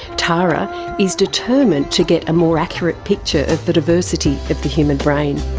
tara is determined to get a more accurate picture of the diversity of the human brain.